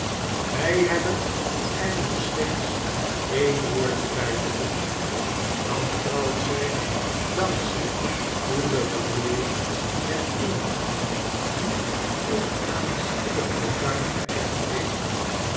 wy hebben er nog slechts een woordje by tevoegen dan trouwt zij dank zy uwe bemoeiing met iemand die een aanzienlyk fortuin geerfd heeft